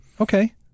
Okay